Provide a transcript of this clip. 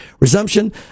resumption